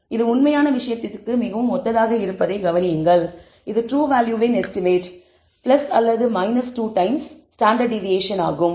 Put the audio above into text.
இது உண்மையான விஷயத்திற்கு மிகவும் ஒத்ததாக இருப்பதைக் கவனியுங்கள் இது ட்ரூ வேல்யூவின் எஸ்டிமேட் அல்லது 2 டைம்ஸ் ஸ்டாண்டர்ட் டிவியேஷன் ஆகும்